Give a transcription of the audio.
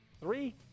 Three